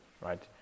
right